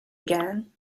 again